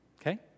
okay